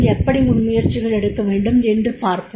எப்படி முன்முயற்சிகள் எடுக்க வேண்டும் என்று பார்ப்போம்